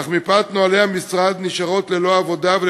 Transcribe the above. אך מפאת נוהלי המשרד נשארת ללא עבודה,